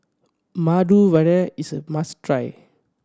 Medu Vada is a must try